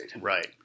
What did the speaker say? Right